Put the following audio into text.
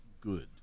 good